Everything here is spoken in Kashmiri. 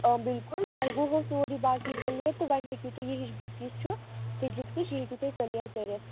آ بِلکُل تۄہہِ گوٚو سورُے باقٕے کٕلیر تہٕ وۅنۍ ہیٚکِو تُہۍ یہِ ہِش بُک یُس چھُ فِزیکسٕچ یہِ ہیٚکِو تُہۍ کٕلیر کٔرِتھ